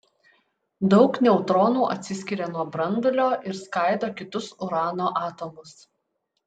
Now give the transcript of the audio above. daug neutronų atsiskiria nuo branduolio ir skaido kitus urano atomus